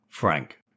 Frank